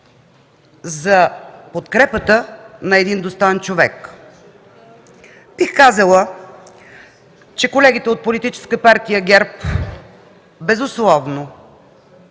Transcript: за подкрепата на един достоен човек. Бих казала, че колегите от Политическа партия ГЕРБ безусловно